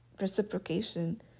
reciprocation